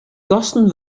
gasten